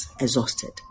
exhausted